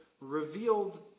revealed